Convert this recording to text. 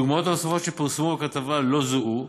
הדוגמאות הנוספות שפורסמו בכתבה לא זוהו.